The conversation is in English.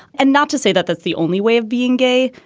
and not to say that that's the only way of being gay,